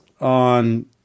on